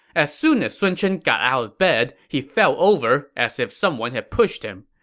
as soon as sun chen got out of bed, he fell over as if someone had pushed him.